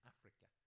Africa